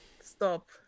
stop